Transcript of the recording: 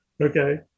Okay